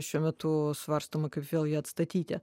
šiuo metu svarstoma kaip vėl ją atstatyti